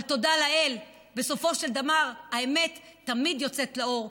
אבל תודה לאל, בסופו של דבר האמת תמיד יוצאת לאור.